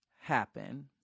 happen